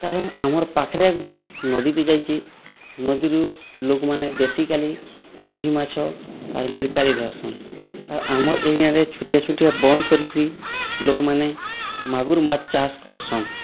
କାରଣ୍ ଆମର୍ ପାଖ୍ରେ ଗୁଟେ ନଦୀଟେ ଯାଇଛେ ନଦୀରୁ ଲୋକ୍ମାନେ ବେସିକାଲି ରୁହି ମାଛ ଆର୍ ମିର୍କାଲି ଧର୍ସନ୍ ଆର୍ ଆମର୍ ଏରିଆରେ ଛୋଟିଆ ଛୋଟିଆ ବନ୍ଦ୍ କରିକିରି ଲୋକ୍ମାନେ ମାଗୁର୍ ମାଛ୍ ଚାଷ୍ କର୍ସନ୍